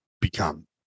become